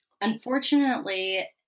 unfortunately